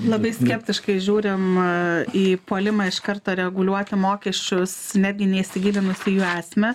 labai skeptiškai žiūrim į puolimą iš karto reguliuoti mokesčius netgi neįsigilinus į jų esmę